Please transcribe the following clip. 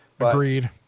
Agreed